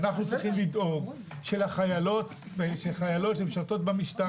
אנחנו צריכים לדאוג שחיילות שמשרתות במשטרה,